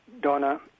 Donna